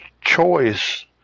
choice